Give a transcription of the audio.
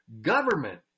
government